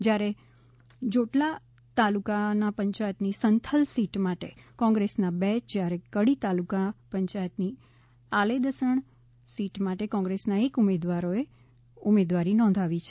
જ્યારે જોટલાં તાલુકા પંચાયતની સંથલ સીટ માટે કોંગ્રેસનાં બે જ્યારે કડી તાલુકા પંચાયતની આલેદસણ સીટ માટે કોંગ્રેસનાં એક ઉમેદવારોએ ઉમેદવારી નોંધાવી છે